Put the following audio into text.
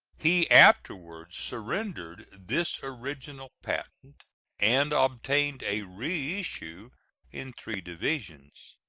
he afterwards surrendered this original patent and obtained a reissue in three divisions.